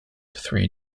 three